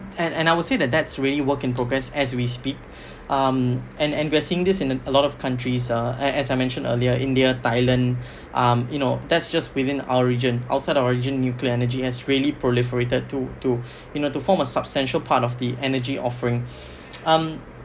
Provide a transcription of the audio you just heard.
and and I would say that that's really work in progress as we speak um and and we're seeing this in a lot of countries uh and as I mentioned earlier india thailand um you know that's just within our region outside our region nuclear energy has really proliferated to to you know to form a substantial part of the energy offering um